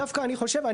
דווקא אני חושב,